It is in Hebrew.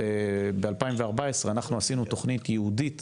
ב-2014 אנחנו עשינו תוכנית ייעודית